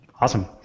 Awesome